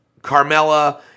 Carmella